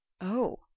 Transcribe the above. Oh